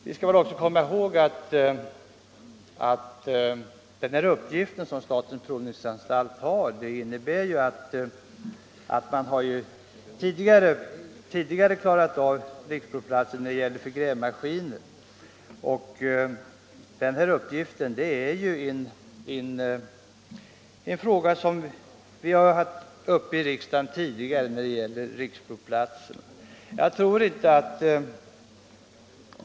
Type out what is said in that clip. Vi skall också komma ihåg att statens provningsanstalt tidigare har klarat av sin uppgift när det gäller riksprovplats för grävmaskiner. Den här uppgiften har tidigare varit föremål för behandling här i riksdagen.